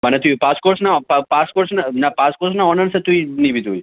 মানে তুই pass course না অপা পাস কোর্স না পাস কোর্স না অনার্সে তুই নিবি তুই